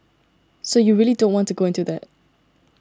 so you really don't want to go into that